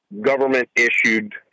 government-issued